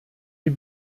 die